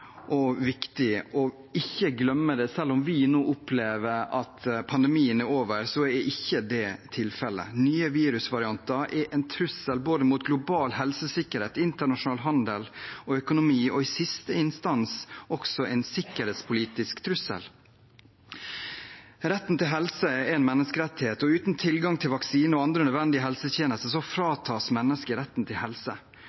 og viktig ikke å glemme. Selv om vi nå opplever at pandemien er over, er ikke det tilfellet. Nye virusvarianter er en trussel mot både global helsesikkerhet, internasjonal handel og økonomi og i siste instans også en sikkerhetspolitisk trussel. Retten til helse er en menneskerettighet, og uten tilgang til vaksiner og andre nødvendige helsetjenester